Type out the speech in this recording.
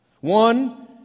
One